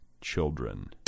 Children